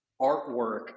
artwork